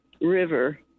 River